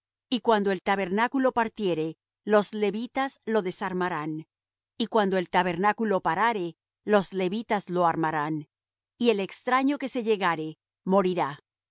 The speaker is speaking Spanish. y cuando el tabernáculo partiere los levitas lo desarmarán y cuando el tabernáculo parare los levitas lo armarán y el extraño que se llegare morirá